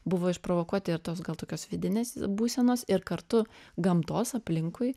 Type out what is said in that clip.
buvo išprovokuoti ir tos gal tokios vidinės būsenos ir kartu gamtos aplinkui